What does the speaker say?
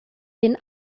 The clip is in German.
denen